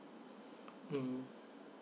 mm